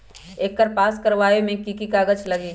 एकर पास करवावे मे की की कागज लगी?